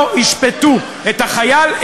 לא ישפטו את החייל,